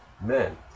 men